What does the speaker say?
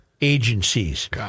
agencies